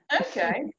Okay